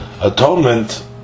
atonement